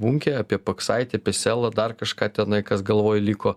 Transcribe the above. bunkę apie paksaitį selą dar kažką tenai kas galvoj liko